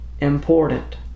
important